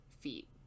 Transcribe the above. feet